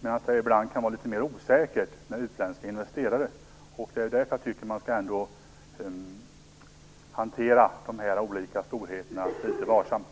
medan det ibland kan vara litet mer osäkert med utländska investerare. Det är därför jag tycker att man skall hantera de olika storheterna litet varsamt.